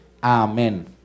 Amén